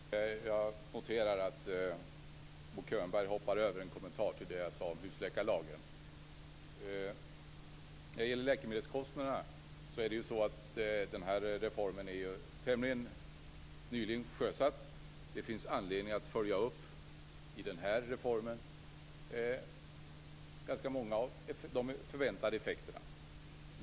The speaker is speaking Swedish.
Fru talman! Jag noterar att Bo Könberg hoppade över att kommentera det jag sade om husläkarlagen. Läkemedelskostnadsreformen är ju tämligen nyligen sjösatt. Det finns anledning att följa upp ganska många av de förväntade effekterna.